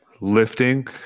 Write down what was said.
lifting